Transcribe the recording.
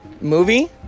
Movie